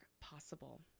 possible